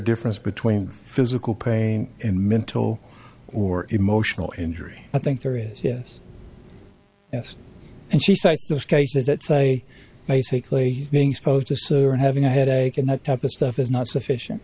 difference between physical pain and mental or emotional injury i think there is yes yes and she cites those cases that say basically he's being exposed to so and having a headache and that type of stuff is not sufficient